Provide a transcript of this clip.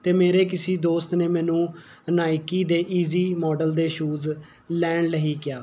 ਅਤੇ ਮੇਰੇ ਕਿਸੀ ਦੋਸਤ ਨੇ ਮੈਨੂੰ ਨਾਇਕੀ ਦੇ ਈਜ਼ੀ ਮੋਡਲ ਦੇ ਸ਼ੂਜ਼ ਲੈਣ ਲਈ ਕਿਹਾ